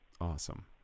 Awesome